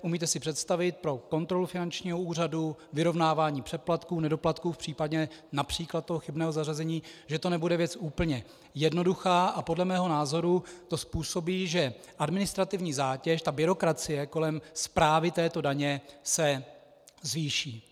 Umíte si představit pro kontrolu finančního úřadu vyrovnávání přeplatků, nedoplatků, případně například chybného zařazení, že to nebude věc úplně jednoduchá, a podle mého názoru to způsobí, že administrativní zátěž, ta byrokracie kolem správy této daně, se zvýší.